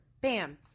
Bam